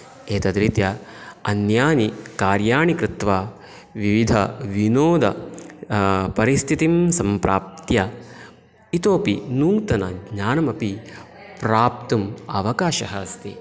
एतद्रीत्या अन्यानि कार्याणि कृत्वा विविधविनोद परिस्थितिं सम्प्राप्य इतोपि नूतनज्ञानमपि प्राप्तुम् अवकाशः अस्ति